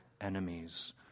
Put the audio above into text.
enemies